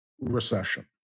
recession